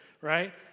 right